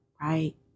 right